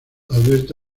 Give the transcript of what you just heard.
advierte